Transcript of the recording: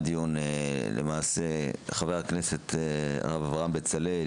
חבר הכנסת אברהם בצלאל,